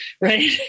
right